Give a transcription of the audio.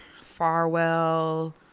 Farwell